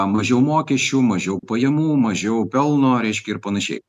mažiau mokesčių mažiau pajamų mažiau pelno reiškia ir panašiai